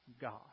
God